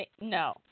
No